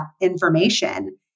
information